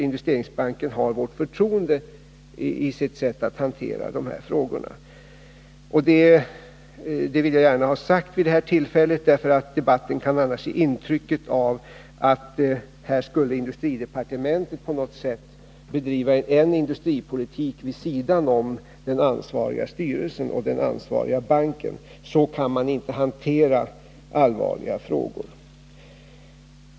Investeringsbanken har vårt förtroende när det gäller sättet att hantera de här frågorna. Det vill jag gärna ha sagt vid detta tillfälle, för debatten kan annars ge intryck av att här skulle industridepartementet på något sätt bedriva en industripolitik vid sidan om den ansvariga styrelsen och den ansvariga banken. Så kan man inte hantera allvarliga frågor.